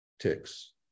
ticks